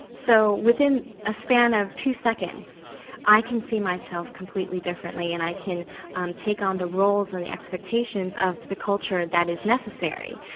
so within a span of two seconds i can see myself completely differently and i can um take on the roles and expectations of the culture that is necessary.